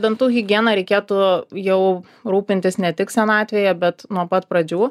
dantų higiena reikėtų jau rūpintis ne tik senatvėje bet nuo pat pradžių